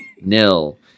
Nil